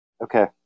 Okay